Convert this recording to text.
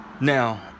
Now